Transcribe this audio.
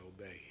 obey